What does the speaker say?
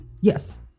Yes